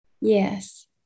yes